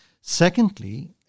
Secondly